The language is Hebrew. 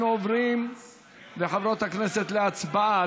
וחברות הכנסת, אנחנו עוברים להצבעה.